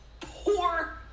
poor